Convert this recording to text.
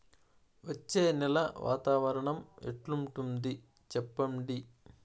వచ్చే నెల వాతావరణం ఎట్లుంటుంది చెప్పండి?